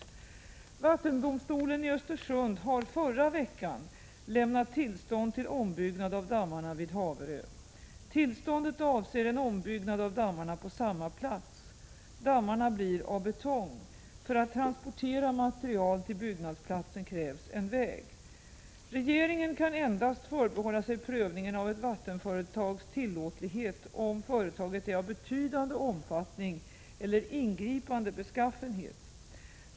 Vattendomstolen i Östersund lämnade förra veckan tillstånd till ombyggnad av dammarna vid Haverö. Tillståndet avser en ombyggnad av dammarna på samma plats. Dammarna blir av betong. För att transportera material till byggnadsplatsen krävs en väg. Regeringen kan endast förbehålla sig prövningen av ett vattenföretags tillåtlighet om företaget är av betydande omfattning eller ingripande beskaffenhet.